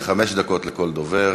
זה חמש דקות לכל דובר.